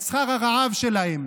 את שכר הרעב שלהם,